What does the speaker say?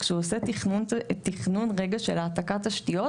כשהוא עושה תכנון של העתקת תשתיות,